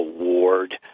award